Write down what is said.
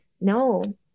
no